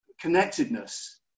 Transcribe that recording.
connectedness